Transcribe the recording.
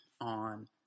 on